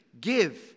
give